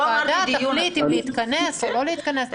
הוועדה תחליט אם להתכנס או לא להתכנס.